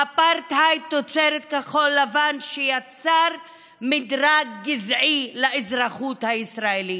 האפרטהייד תוצרת כחול לבן שיצר מדרג גזעי לאזרחות הישראלית.